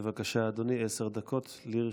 בבקשה, אדוני, עשר דקות לרשותך.